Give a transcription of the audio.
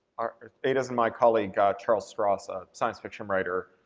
ah bados and my colleague ah charles stross, a science-fiction writer,